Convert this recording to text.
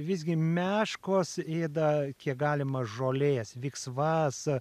visgi meškos ėda kiek galima žolės viksvas